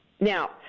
Now